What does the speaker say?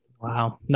Wow